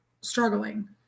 struggling